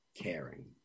caring